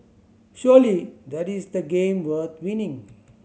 surely that is the game worth winning